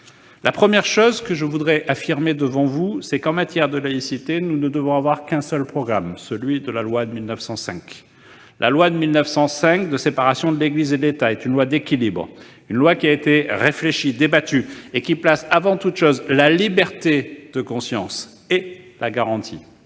nationale. Je veux affirmer devant vous qu'en matière de laïcité nous n'avons qu'un seul programme : la loi de 1905. La loi de 1905 de séparation des Églises et de l'État est une loi d'équilibre, qui a été réfléchie, débattue, qui place avant toute chose la liberté de conscience et la garantit.